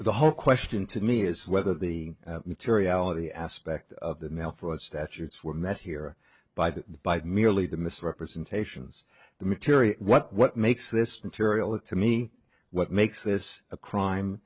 the whole question to me is whether the materiality aspect of the mail fraud statutes were met here by the by merely the misrepresentations the material what what makes this material it to me what makes this a crime